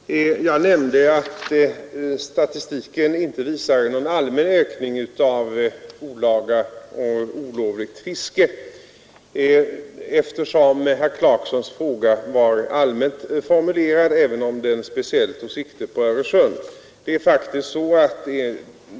Herr talman! Jag nämnde att statistiken inte visar någon allmän ökning av det olovliga fisket, eftersom herr Clarksons fråga var allmänt formulerad, även om den speciellt tog sikte på Öresund.